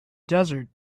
desert